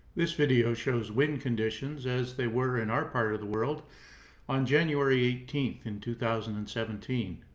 this video shows wind conditions as they were in our part of the world on january eighteenth in two thousand and seventeen.